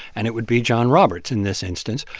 and it would be john roberts in this instance.